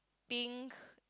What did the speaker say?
pink